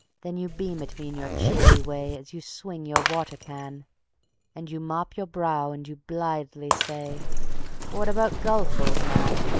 then you beam at me in your cheery way as you swing your water-can and you mop your brow and you blithely say what about golf, old man